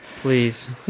Please